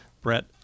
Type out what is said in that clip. Brett